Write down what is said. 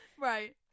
right